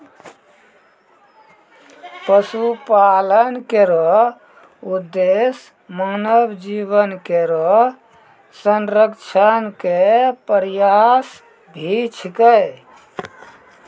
पशुपालन केरो उद्देश्य मानव जीवन केरो संरक्षण क प्रयास भी छिकै